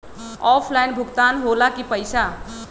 Offline भुगतान हो ला कि पईसा?